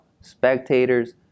spectators